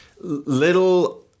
little